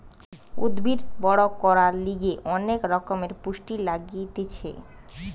উদ্ভিদ বড় করার লিগে অনেক রকমের পুষ্টি লাগতিছে